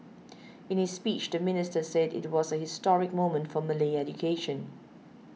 in his speech the minister said it was a historic moment for Malay education